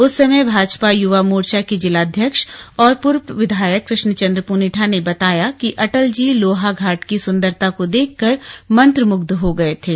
उस समय भाजपा युवा मोर्चा के जिलाध्यक्ष और पूर्व विधायक कृष्ण चन्द्र पुनेठा ने बताया कि अटल जी लोहाघाट की सुंदरता को देख कर मंत्र मुग्ध हो गए थे